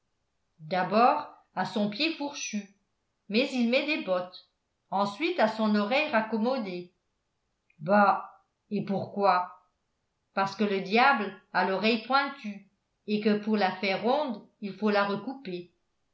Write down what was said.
d'abord à son pied fourchu mais il met des bottes ensuite à son oreille raccommodée bah et pourquoi parce que le diable a l'oreille pointue et que pour la faire ronde il faut la recouper